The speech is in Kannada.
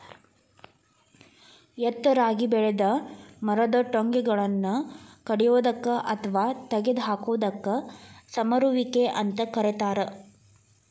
ಎತ್ತರಾಗಿ ಬೆಳೆದ ಮರದ ಟೊಂಗಿಗಳನ್ನ ಕಡಿಯೋದಕ್ಕ ಅತ್ವಾ ತಗದ ಹಾಕೋದಕ್ಕ ಸಮರುವಿಕೆ ಅಂತ ಕರೇತಾರ